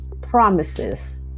Promises